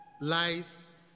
lies